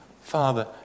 Father